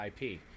IP